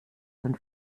von